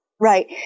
right